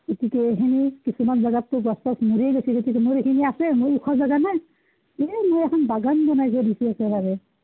এইখিনি কিছুমান জেগাততো গছ চছ মৰিয়ে গৈছে গতিকে মোৰ এইখিনি আছে মোৰ ওখ জেগা নহয় এই মই এখন বাগান বনাই থৈ দিছোঁ একেবাৰে